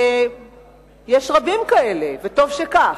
יש רבים כאלה, וטוב שכך.